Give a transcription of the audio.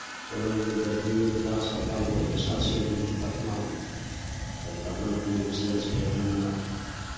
पटनामे देखबैयोवला अस्पताल बहुत अच्छा छै Patna Patna P M C H भेल जेना